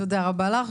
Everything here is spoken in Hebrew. תודה רבה לך,